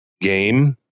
game